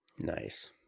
Nice